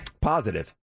Positive